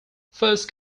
first